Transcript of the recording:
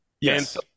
Yes